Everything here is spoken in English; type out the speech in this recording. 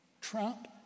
Trump